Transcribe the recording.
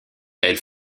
elle